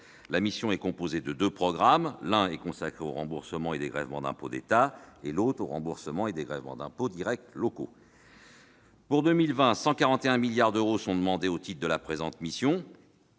La mission est composée de deux programmes, l'un consacré aux remboursements et dégrèvements d'impôts d'État, l'autre aux remboursements et dégrèvements d'impôts directs locaux. Pour 2020, 141 milliards d'euros de crédits sont demandés au titre de la présente mission,